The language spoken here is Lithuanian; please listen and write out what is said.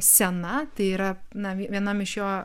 scena tai yra na vienam iš jo